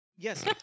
Yes